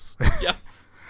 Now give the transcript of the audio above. Yes